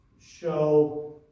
show